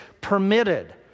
permitted